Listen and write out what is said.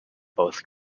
both